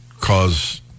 cause